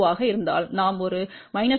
2 ஆக இருந்ததால் நாம் ஒரு 0